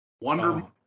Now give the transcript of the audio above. wonder